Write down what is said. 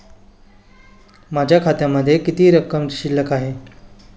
माझ्या खात्यामध्ये किती रक्कम शिल्लक आहे?